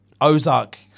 Ozark